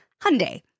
Hyundai